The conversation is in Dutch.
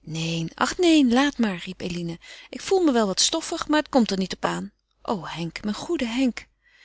neen ach neen laat maar riep eline ik voel me wel wat stoffig maar het komt er niet op aan o henk mijn goede henk